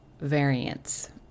variance